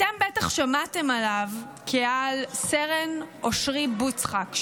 "אתם בטח שמעתם עליו כעל סרן אושרי בוצחק,